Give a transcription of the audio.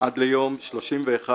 "עד יום 31.12.2019",